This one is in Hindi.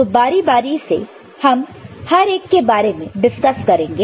तो बारी बारी से हम हर एक के बारे में डिस्कस करेंगे